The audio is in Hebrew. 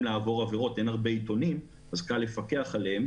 לעבור עבירות אין הרבה עיתונים וקל לפקח עליהם